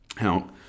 Now